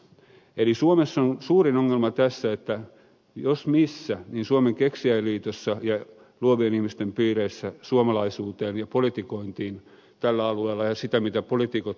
eli suomessa on suurin ongelma tässä että jos missä niin suomen keksijäin liitossa ja luovien ihmisten piireissä on petytty suomalaiseen politikointiin tällä alueella ja siihen mitä poliitikot tukevat